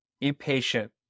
impatient